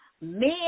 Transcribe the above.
men